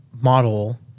model